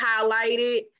highlighted